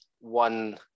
one